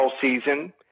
season